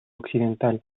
occidental